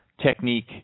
technique